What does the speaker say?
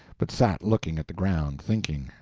but sat looking at the ground, thinking.